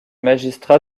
magistrat